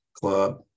club